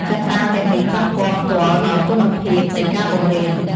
កត្តាទាំងនេះប៉ះពាល់ផ្ទាល់ដល់គុណភាពនៃការបង្រៀន។